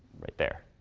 right there.